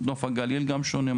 נוף הגליל גם שונה,